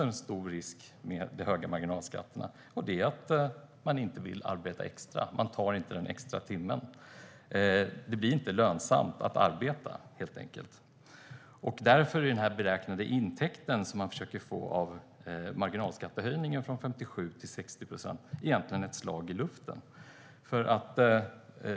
En stor risk med de höga marginalskatterna är att man inte vill arbeta extra. Man tar inte den extra timmen. Det blir helt enkelt inte lönsamt att arbeta. Jag menar att den beräknade inkomsten av marginalskattehöjningen från 57 till 60 procent är ett slag i luften.